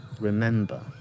Remember